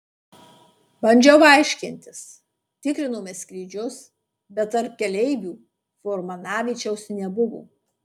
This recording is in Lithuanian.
bandžiau aiškintis tikrinome skrydžius bet tarp keleivių furmanavičiaus nebuvo